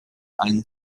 ein